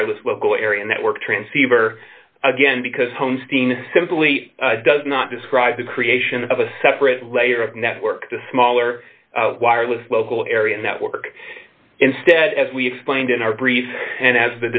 wireless local area network transceiver again because hosting simply does not describe the creation of a separate layer of network the smaller wireless local area network instead as we explained in our brief and as